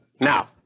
Now